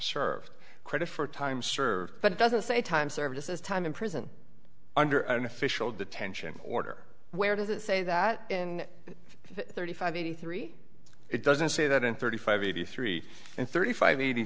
served credit for time served but it doesn't say time served as time in prison under an official detention order where does it say that in thirty five eighty three it doesn't say that in thirty five eighty three and thirty five eighty